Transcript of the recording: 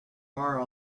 are